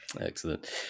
excellent